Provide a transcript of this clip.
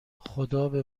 خدابه